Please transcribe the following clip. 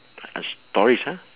uh stories ah